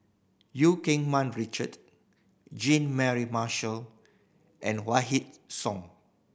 Eu Keng Mun Richard Jean Mary Marshall and Song